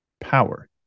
power